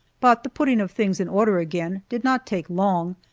but the putting of things in order again did not take long,